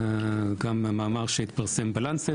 גם המאמר שהתפרסם ב-Lancet,